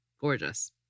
gorgeous